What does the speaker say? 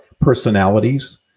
personalities